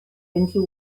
into